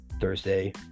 Thursday